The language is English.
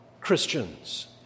Christians